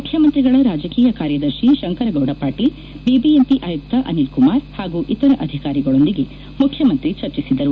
ಮುಖ್ಣಮಂತ್ರಿಗಳ ರಾಜಕೀಯ ಕಾರ್ಯದರ್ಶಿ ಶಂಕರಗೌಡ ಪಾಟೀಲ್ ಬಿಬಿಎಂಪಿ ಆಯುಕ್ತ ಅನಿಲ್ ಕುಮಾರ್ ಹಾಗೂ ಇತರ ಅಧಿಕಾರಿಗಳೊಂದಿಗೆ ಮುಖ್ಯಮಂತ್ರಿ ಚರ್ಚಿಸಿದರು